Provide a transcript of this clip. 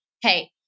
hey